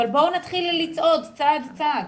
אבל בואו נתחיל לצעוד צעד צעד.